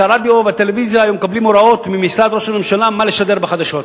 שהרדיו והטלוויזיה היו מקבלים הוראות ממשרד ראש הממשלה מה לשדר בחדשות.